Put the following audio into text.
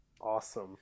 Awesome